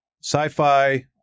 sci-fi